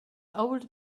old